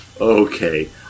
Okay